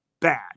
bad